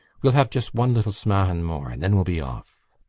we'll have just one little smahan more and then we'll be off.